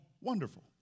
wonderful